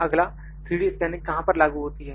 अगला 3D scanning कहां पर लागू होती है